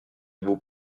vous